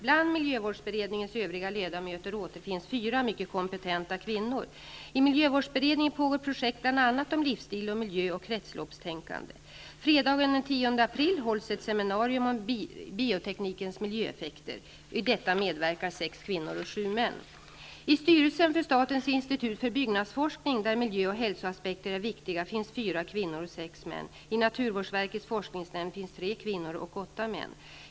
Bland miljövårdsberedningens övriga ledamöter återfinns fyra mycket kompetenta kvinnor. I miljövårdsberedningen pågår projekt bl.a. om livsstil, miljö och kretsloppstänkandet. Fredagen den 10 april hålls ett seminarium om bioteknikens miljöeffekter. I detta medverkar sex kvinnor och sju män. I styrelsen för statens institut för byggnadsforskning, där miljö och hälsoaspekter är viktiga, finns fyra kvinnor och sex män. I naturvårdsverkets forskningsnämnd finns tre kvinnor och åtta män.